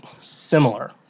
similar